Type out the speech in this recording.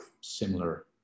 similar